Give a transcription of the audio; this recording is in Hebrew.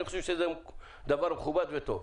אני חושב שזה דבר מכובד וטוב.